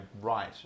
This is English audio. right